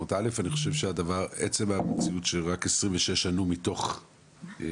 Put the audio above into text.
אני חושב שעצם המציאות שרק 26 ענו גופים,